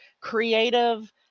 creative